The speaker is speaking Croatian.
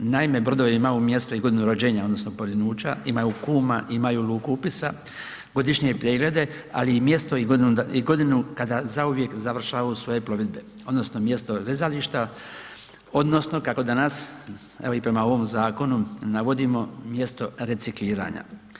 Naime, brodovi imaju mjesto i godinu rođenja, odnosno porinuća, imaju kuma, imaju luku upisa, godišnje preglede ali i mjesto i godinu i godinu kada zauvijek završavaju svoje plovidbe, odnosno mjesto rezališta, odnosno kako danas evo i prema ovom zakonu navodimo mjesto recikliranja.